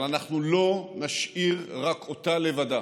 אבל אנחנו לא נשאיר רק אותה לבדה.